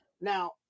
now